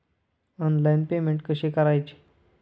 Online payment कसे करायचे?